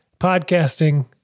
podcasting